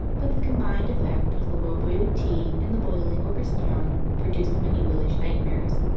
but the combined effect of the well-boiled tea and the boiling orchestrion produced many village nightmares,